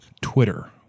twitter